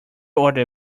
other